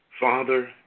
Father